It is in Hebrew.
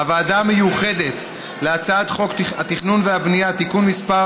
הוועדה המיוחדת להצעת חוק התכנון והבנייה (תיקון מס'